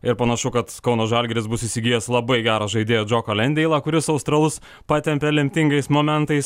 ir panašu kad kauno žalgiris bus įsigijęs labai gerą žaidėją džoką lendeilą kuris australus patempė lemtingais momentais